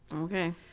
Okay